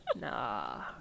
Nah